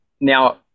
now